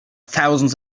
thousands